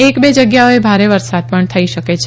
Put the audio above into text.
એક બે જગ્યાઓએ ભારે વરસાદ પણ થઈ શકે છે